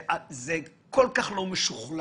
זה כל כך לא משוכלל.